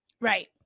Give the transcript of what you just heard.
Right